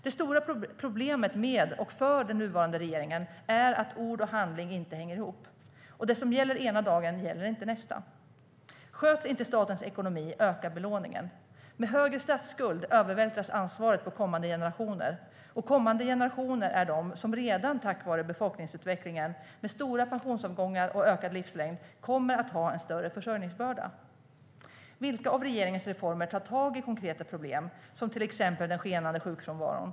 Det stora problemet med och för den nuvarande regeringen är att ord och handling inte hänger ihop. Och det som gäller ena dagen gäller inte nästa. Sköts inte statens ekonomi ökar belåningen. Med högre statsskuld övervältras ansvaret på kommande generationer, och kommande generationer är de som redan tack vare befolkningsutvecklingen med stora pensionsavgångar och ökad livslängd kommer att ha en större försörjningsbörda. Vilka av regeringens reformer tar tag i konkreta problem, som till exempel den skenande sjukfrånvaron?